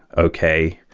okay.